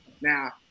now